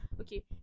Okay